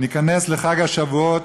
ניכנס לחג השבועות,